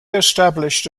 established